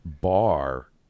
bar